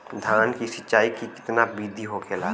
धान की सिंचाई की कितना बिदी होखेला?